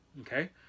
okay